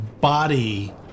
body